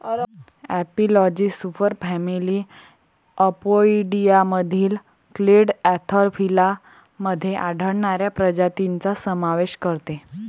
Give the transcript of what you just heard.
एपिलॉजी सुपरफॅमिली अपोइडियामधील clade Anthophila मध्ये आढळणाऱ्या प्रजातींचा समावेश करते